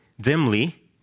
dimly